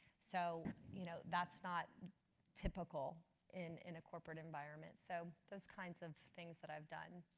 so you know that's not typical in in a corporate environment. so those kinds of things that i've done,